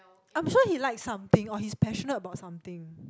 I'm sure he likes something or he's passionate about something